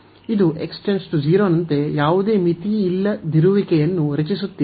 ಇದು x → 0 ನಂತೆ ಯಾವುದೇ ಮಿತಿಯಿಲ್ಲದಿರುವಿಕೆಯನ್ನು ರಚಿಸುತ್ತಿಲ್ಲ